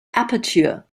aperture